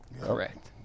Correct